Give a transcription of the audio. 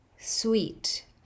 sweet